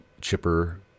chipper